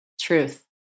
Truth